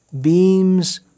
beams